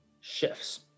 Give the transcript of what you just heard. shifts